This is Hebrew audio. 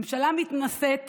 ממשלה מתנשאת